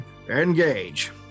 engage